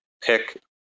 pick